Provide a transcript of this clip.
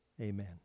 Amen